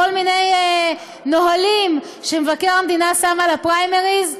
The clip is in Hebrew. מיני נהלים שמבקר המדינה שם על הפריימריז,